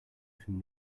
from